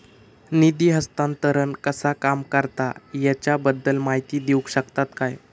निधी हस्तांतरण कसा काम करता ह्याच्या बद्दल माहिती दिउक शकतात काय?